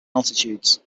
altitudes